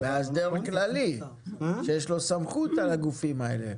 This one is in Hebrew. מאסדר כללי שיש לו סמכות על הגופים האלה.